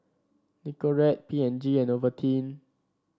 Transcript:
Nicorette P and G and Ovaltine